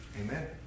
amen